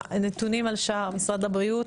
משרד הבריאות,